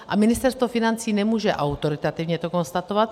A Ministerstvo financí to nemůže autoritativně konstatovat.